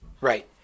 Right